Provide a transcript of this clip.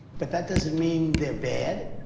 but that doesn't mean they're bad.